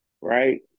right